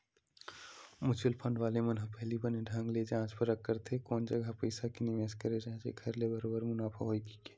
mutual fund वाले मन ह पहिली बने ढंग ले जाँच परख करथे कोन जघा पइसा के निवेस करे जाय जेखर ले बरोबर मुनाफा होही कहिके